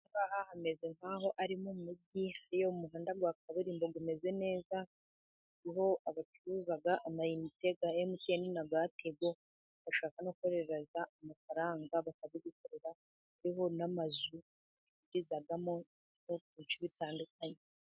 Ahangaha hameze nk'aho ari mu mujyi, uriya muhanda wa kaburimbo umeze neza, uriho abacuruza amayinite ya Emutiyeni na zaa tigo bashaka no kohereza amafaranga bakabigukorera, hariho n'amazu, bacururizamo ibicuruzwa bitandukanye.